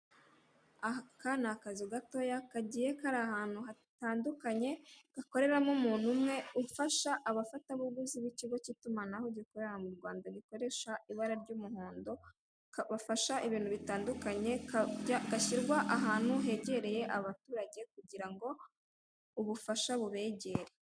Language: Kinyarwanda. Aka n'akazu gatoya kagiye Kari ahantu hatandukanye, hakoreramo umuntu umwe ufasha abafatabuguzi b'ikigo cy'itumanaho rikorera mu Rwanda, rikoresha ibara ry'umuhondo bafasha ibintu bitandukanye, gashyirwa ahantu hegereye abaturage kugirango ubufasha bubegere.